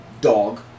dog